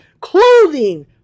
clothing